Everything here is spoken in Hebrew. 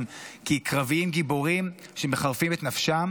כי קרביים גיבורים שמחרפים את נפשם